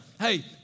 Hey